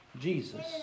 Jesus